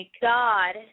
God